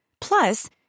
Plus